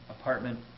Apartment